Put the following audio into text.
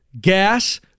gas